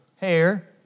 hair